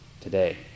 today